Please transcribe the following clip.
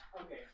Okay